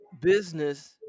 business